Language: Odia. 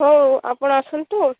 ହଉ ଆପଣ ଆସନ୍ତୁ